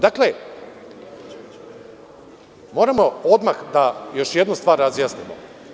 Dakle, moramo odmah da još jednu stvar razjasnimo.